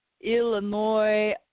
Illinois